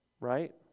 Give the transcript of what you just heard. Right